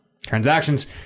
transactions